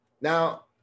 Now